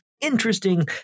interesting